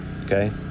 Okay